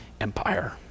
empire